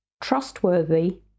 trustworthy